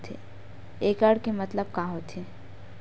एकड़ के मतलब का होथे?